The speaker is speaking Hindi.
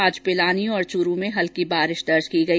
आज पिलानी और च्रू में हल्की बारिश दर्ज की गई